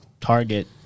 target